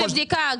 לבדיקה.